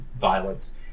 violence